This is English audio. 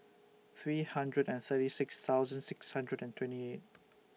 three hundred and thirty six thousand six hundred and twenty eight